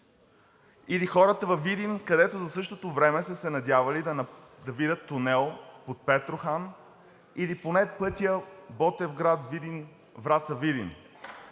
или хората във Видин, където за същото време са се надявали да видят тунел под Петрохан или поне пътя Ботевград – Видин,